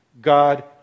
God